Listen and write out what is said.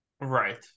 Right